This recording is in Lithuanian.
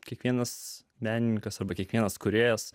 kiekvienas menininkas arba kiekvienas kūrėjas